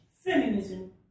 feminism